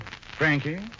Frankie